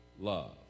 love